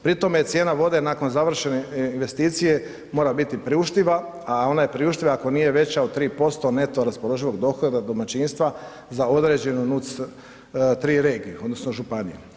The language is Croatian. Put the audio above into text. Pri tome cijena vode nakon završene investicije mora biti priuštiva a ona je priuštiva ako nije veća od 3% neto raspoloživog dohotka domaćinstva za određenu NUC free regiju odnosno županiju.